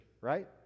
right